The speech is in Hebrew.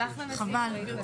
חבל.